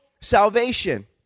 salvation